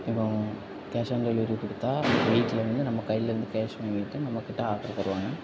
இப்போ அவங் cash on delivery கொடுத்தா வீட்டில் வந்து நம்ம கையிலருந்து கேஷ் வாங்கிகிட்டு நம்மகிட்ட ஆட்ரு தருவாங்க